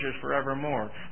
forevermore